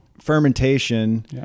fermentation